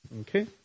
Okay